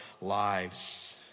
lives